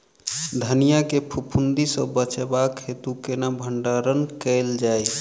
धनिया केँ फफूंदी सऽ बचेबाक हेतु केना भण्डारण कैल जाए?